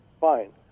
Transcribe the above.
fine